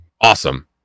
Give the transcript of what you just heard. Awesome